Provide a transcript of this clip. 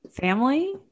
family